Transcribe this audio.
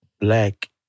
black